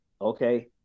okay